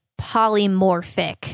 polymorphic